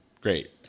great